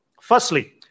Firstly